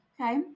Okay